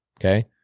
Okay